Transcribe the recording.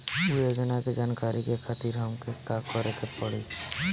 उ योजना के जानकारी के खातिर हमके का करे के पड़ी?